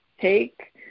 take